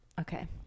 Okay